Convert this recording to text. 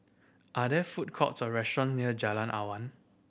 are there food courts or restaurant near Jalan Awan